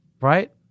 right